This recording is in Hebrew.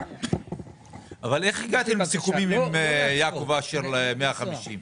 אבל איך הגעתם לסיכומים עם יעקב אשר ל-150?